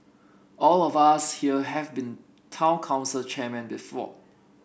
all of us here have been town council chairman before